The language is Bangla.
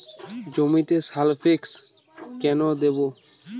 জমিতে সালফেক্স কেন দেবো?